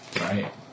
Right